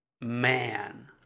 man